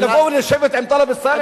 תבואו לשבת עם טלב אלסאנע,